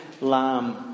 lamb